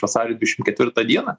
vasario dvidešim ketvirtą dieną